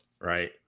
right